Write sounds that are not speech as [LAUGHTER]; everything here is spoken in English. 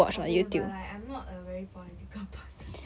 okay but like I am not a very political person [LAUGHS]